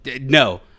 No